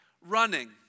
running